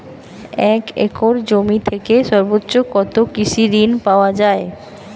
এক একর জমি থেকে সর্বোচ্চ কত কৃষিঋণ পাওয়া য়ায়?